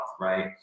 right